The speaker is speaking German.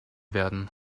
werden